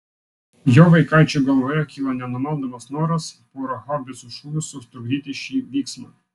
jo vaikaičio galvoje kilo nenumaldomas noras pora haubicų šūvių sutrukdyti šį vyksmą